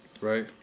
right